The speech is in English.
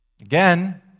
Again